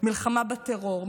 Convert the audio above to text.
מלחמה בטרור,